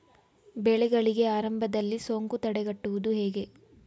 ಬೆಳೆಗಳಿಗೆ ಆರಂಭದಲ್ಲಿ ಸೋಂಕು ತಡೆಗಟ್ಟುವುದು ಹೇಗೆ?